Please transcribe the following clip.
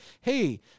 hey